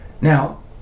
Now